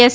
S